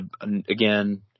again